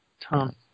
Tom